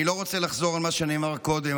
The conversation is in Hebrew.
אני לא רוצה לחזור על מה שנאמר קודם,